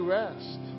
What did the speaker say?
rest